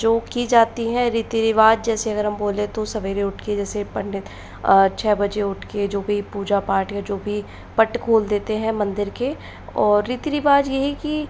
जो की जाती है रीति रिवाज़ जैसे अगर हम बोले तो सवेरे उठकर जैसे पंडित छ बजे उठकर जो भी पूजा पाठ या जो भी पट खोल देते हैं मंदिर के और रीति रिवाज़ यही की